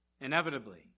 Inevitably